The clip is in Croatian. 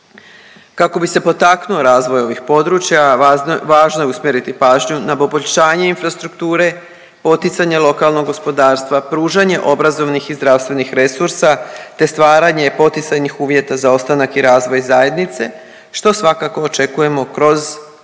Kako bi se potaknuo razvoj ovih područja, važno je usmjeriti pažnju na poboljšanje infrastrukture, poticanja lokalnog gospodarstva, pružanje obrazovnih i zdravstvenih resursa te stvaranje poticajnih uvjeta za ostanak i razvoj zajednice, što svakako očekujemo kroz više